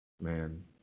Man